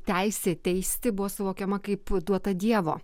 teisė teisti buvo suvokiama kaip duota dievo